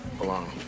belong